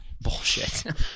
bullshit